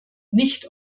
nicht